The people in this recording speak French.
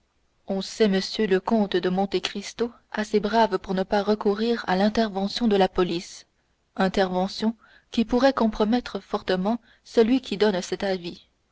on sait m le comte de monte cristo assez brave pour ne pas recourir à l'intervention de la police intervention qui pourrait compromettre fortement celui qui donne cet avis